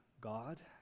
God